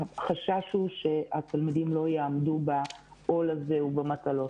החשש הוא שהתלמידים לא יעמדו בעול הזה ובמטלות.